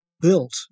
built